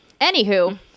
Anywho